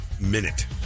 minute